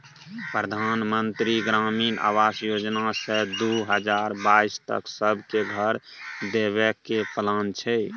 परधान मन्त्री ग्रामीण आबास योजना सँ दु हजार बाइस तक सब केँ घर देबे केर प्लान छै